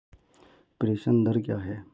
प्रेषण दर क्या है?